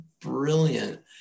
brilliant